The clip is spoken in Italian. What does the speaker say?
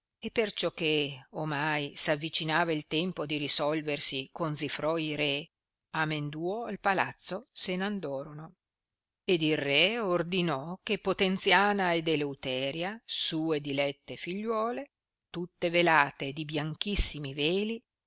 e perciò che ornai s avvicinava il tempo di risolversi con zifroi re amenduo al palazzo se n andorono ed il re ordinò che potenziana ed eleuteria sue dilette figliuole tutte velate di bianchissimi veli